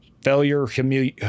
failure